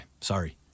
Sorry